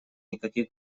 никаких